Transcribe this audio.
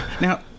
Now